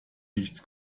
nichts